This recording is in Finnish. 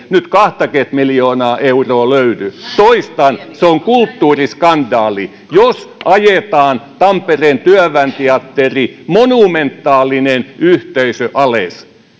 nyt kahtakymmentä miljoonaa euroa löydy toistan se on kulttuuriskandaali jos ajetaan tampereen työväen teatteri monumentaalinen yhteisö alas